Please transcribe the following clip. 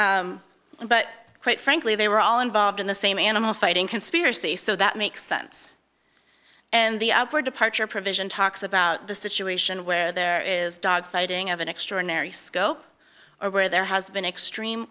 defendants but quite frankly they were all involved in the same animal fighting conspiracy so that makes sense and the outward departure provision talks about the situation where there is dog fighting of an extraordinary scope or where there has been extreme